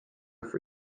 for